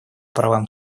правам